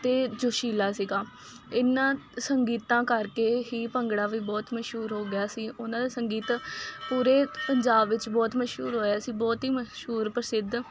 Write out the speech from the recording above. ਅਤੇ ਜੋਸ਼ੀਲਾ ਸੀਗਾ ਇਹਨਾਂ ਸੰਗੀਤਾਂ ਕਰਕੇ ਹੀ ਭੰਗੜਾ ਵੀ ਬਹੁਤ ਮਸ਼ਹੂਰ ਹੋ ਗਿਆ ਸੀ ਉਹਨਾਂ ਦੇ ਸੰਗੀਤ ਪੂਰੇ ਪੰਜਾਬ ਵਿੱਚ ਬਹੁਤ ਮਸ਼ਹੂਰ ਹੋਇਆ ਸੀ ਬਹੁਤ ਹੀ ਮਸ਼ਹੂਰ ਪ੍ਰਸਿੱਧ